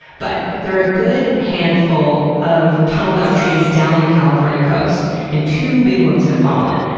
but, there are a good handful of tunneled-out trees down the california coast and two big ones have fallen.